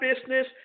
business